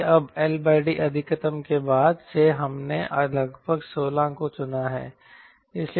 इसलिए अब L D अधिकतम के बाद से हमने लगभग 16 को चुना है